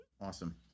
awesome